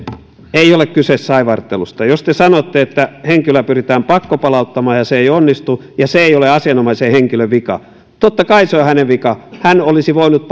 ei ole kyse saivartelusta jos te sanotte että kun henkilöä pyritään pakkopalauttamaan ja se ei onnistu niin se ei ole asianomaisen henkilön vika totta kai se on hänen vikansa hän olisi voinut